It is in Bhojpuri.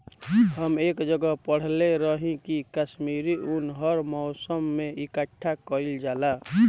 हम एक जगह पढ़ले रही की काश्मीरी उन हर मौसम में इकठ्ठा कइल जाला